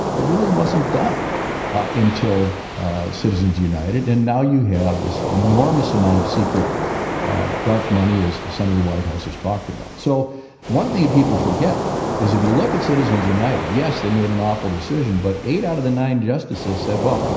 but really wasn't done until ah citizens united. and now you have this enormous amount of secret dark money, as senator whitehouse has talked about. so one thing and people forget is if you look at citizens united, yes, they made an awful decision, but eight out of the nine justices said, well,